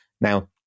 Now